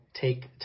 take